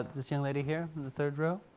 this young lady here, in the third row.